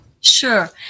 Sure